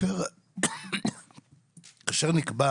כאשר נקבע